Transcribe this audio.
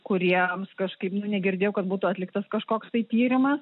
kuriems kažkaip nu negirdėjau kad būtų atliktas kažkoks tai tyrimas